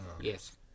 Yes